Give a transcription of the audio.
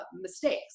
mistakes